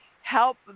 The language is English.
help